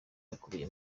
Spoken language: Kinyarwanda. akubiye